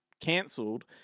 cancelled